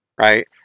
right